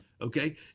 Okay